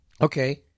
okay